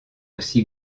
aussi